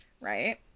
Right